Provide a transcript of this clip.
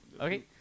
Okay